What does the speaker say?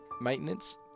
maintenance